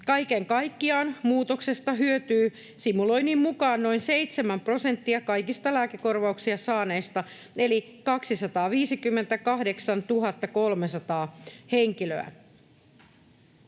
Kaiken kaikkiaan muutoksesta hyötyy simuloinnin mukaan noin seitsemän prosenttia kaikista lääkekorvauksia saaneista eli 258 300 henkilöä.